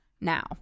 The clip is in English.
now